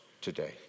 today